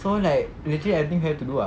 so like legit everything have to do ah